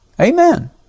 amen